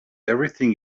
everything